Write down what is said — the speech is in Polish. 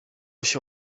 się